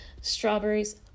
Strawberries